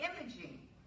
imaging